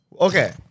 Okay